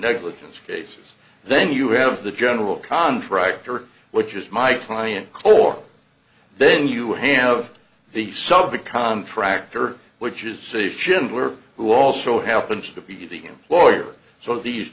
negligence cases then you have the general contractor which is my client or then you have the subject contractor which is a schindler who also happens to be the employer so these